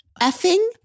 effing